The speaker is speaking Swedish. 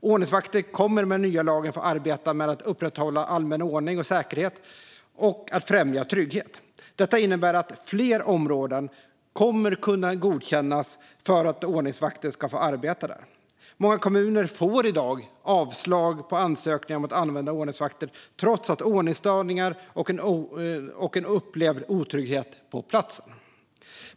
Ordningsvakter kommer i och med den nya lagen att få arbeta med att upprätthålla allmän ordning och säkerhet och att främja trygghet. Detta innebär att fler områden kommer att kunna godkännas för att ordningsvakter ska få arbeta där. Många kommuner får i dag avslag på ansökningar om att använda ordningsvakter, trots ordningsstörningar och en upplevd otrygghet på platsen.